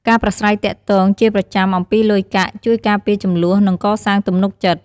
ការប្រាស្រ័យទាក់ទងជាប្រចាំអំពីលុយកាក់ ជួយការពារជម្លោះ និងកសាងទំនុកចិត្ត។